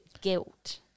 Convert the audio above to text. guilt